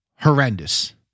horrendous